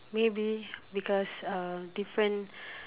maybe because um different